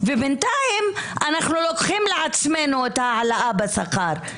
ובינתיים אנחנו לוקחים לעצמנו את ההעלאה בשכר.